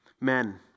Men